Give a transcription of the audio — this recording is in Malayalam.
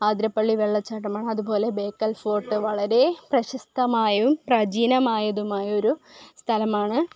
ആതിരപ്പള്ളി വെള്ളച്ചാട്ടമാണ് അതുപോലെ ബേക്കൽ ഫോർട്ട് വളരെ പ്രശസ്തമായും പ്രാചീനമായതുമായൊരു സ്ഥലമാണ്